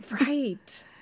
Right